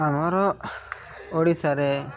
ଆମର ଓଡ଼ିଶାରେ